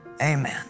amen